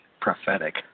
prophetic